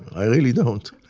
i really don't.